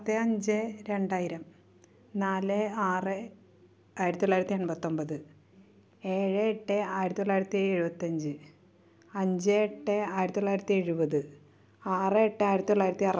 പത്ത് അഞ്ച് രണ്ടായിരം നാല് ആറ് ആയിരത്തി തൊള്ളായിരത്തി എൺപത്തി ഒൻപത് എഴ് എട്ട് ആയിരത്തി തൊള്ളായിരത്തി എഴുപത്തി അഞ്ച് അഞ്ച് എട്ട് ആയിരത്തി തൊള്ളായിരത്തി എഴുപത് ആറ് എട്ട് ആയിരത്തി തൊള്ളായിരത്തി ആറ്